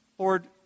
Lord